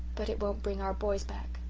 but it won't bring our boys back.